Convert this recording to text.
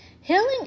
Healing